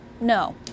no